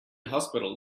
hospital